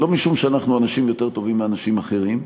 לא משום שאנחנו אנשים יותר טובים מאנשים אחרים,